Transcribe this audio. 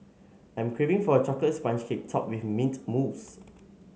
I am craving for a chocolate sponge cake topped with mint mousse